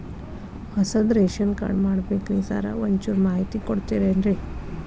ಹೊಸದ್ ration card ಮಾಡ್ಬೇಕ್ರಿ sir ಒಂಚೂರ್ ಮಾಹಿತಿ ಕೊಡ್ತೇರೆನ್ರಿ?